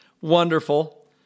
wonderful